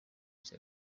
cya